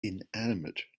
inanimate